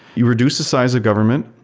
you reduce the size of government.